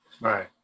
right